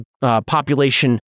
population